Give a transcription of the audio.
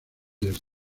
les